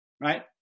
right